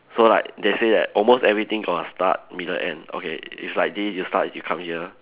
so like they say that almost everything from the start middle end okay it's like this you start you come here